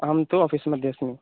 अहं तु आफ़ीस्मध्ये अस्मि